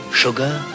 sugar